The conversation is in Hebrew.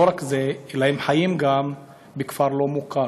ולא רק זה, אלא שהם חיו בכפר לא מוכר.